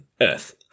Earth